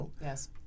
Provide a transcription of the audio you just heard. Yes